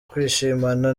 kwishimana